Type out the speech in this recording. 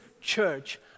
church